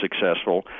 successful